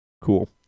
Cool